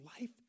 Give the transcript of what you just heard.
life